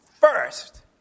First